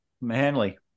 Manly